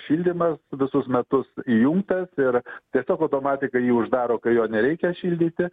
šildymas visus metus įjungtas ir tiesiog automatika jį uždaro kai jo nereikia šildyti